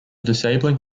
disabling